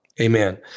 Amen